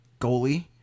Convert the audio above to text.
goalie